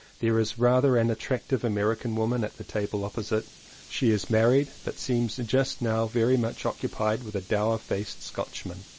there is rather an attractive american woman at the table opposite she is married, but seems just now very much occupied with a dour-faced scotchman.